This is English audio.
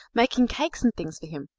making cakes and things for him,